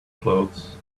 clothes